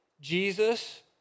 Jesus